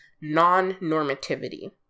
non-normativity